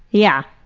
yeah,